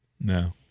no